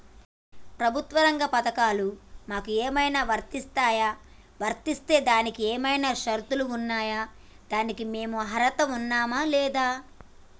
ప్రభుత్వ రంగ పథకాలు మాకు ఏమైనా వర్తిస్తాయా? వర్తిస్తే దానికి ఏమైనా షరతులు ఉన్నాయా? దానికి మేము అర్హత ఉన్నామా లేదా?